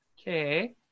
Okay